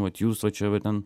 vat jūs va čia va ten